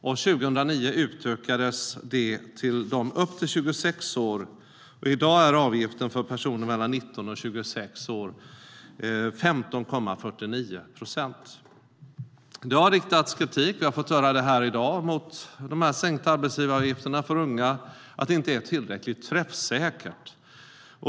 År 2009 utökades spannet till unga upp till 26 år. I dag är avgiften för personer mellan 19 och 26 års ålder 15,49 procent. Vi har i dag hört kritik riktas mot att de sänkta arbetsgivaravgifterna för unga inte är tillräckligt träffsäkra.